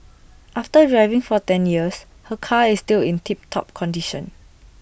after driving for ten years her car is still in tip top condition